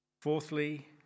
Fourthly